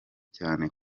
cyane